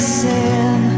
sin